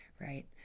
right